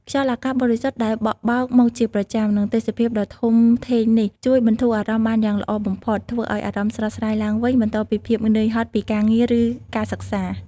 ខ្យល់អាកាសបរិសុទ្ធដែលបក់បោកមកជាប្រចាំ និងទេសភាពដ៏ធំធេងនេះ ជួយបន្ធូរអារម្មណ៍បានយ៉ាងល្អបំផុត ធ្វើឲ្យអារម្មណ៍ស្រស់ស្រាយឡើងវិញបន្ទាប់ពីភាពនឿយហត់ពីការងារឬការសិក្សា។